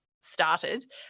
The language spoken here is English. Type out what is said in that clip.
started